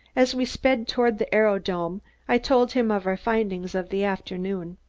as we sped toward the aerodrome i told him of our findings of the afternoon.